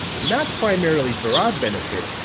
not primarily for our benefit,